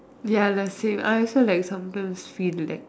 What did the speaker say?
ya like said I also like sometimes feel like